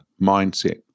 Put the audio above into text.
mindset